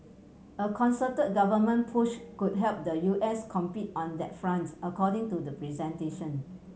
a concerted government push could help the U S compete on that front according to the presentation